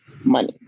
money